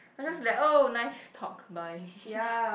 I'll just like oh nice talk bye